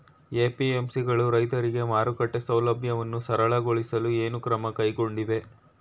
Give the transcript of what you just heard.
APMC ಗಳು ರೈತರಿಗೆ ಮಾರುಕಟ್ಟೆ ಸೌಲಭ್ಯವನ್ನು ಸರಳಗೊಳಿಸಲು ಏನು ಕ್ರಮ ಕೈಗೊಂಡಿವೆ?